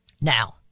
Now